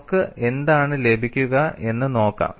നമുക്ക് എന്താണ് ലഭിക്കുക എന്ന് നോക്കാം